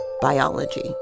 biology